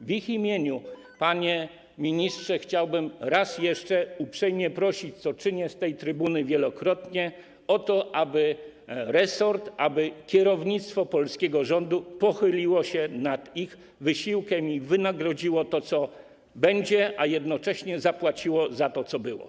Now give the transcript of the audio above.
W ich imieniu, panie ministrze, chciałbym raz jeszcze uprzejmie prosić, co czynię z tej trybuny wielokrotnie, o to, aby resort, aby kierownictwo polskiego rządu pochyliło się nad ich wysiłkiem i wynagrodziło to, co będzie, a jednocześnie zapłaciło za to, co było.